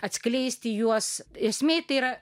atskleisti juos esmė tai yra